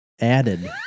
added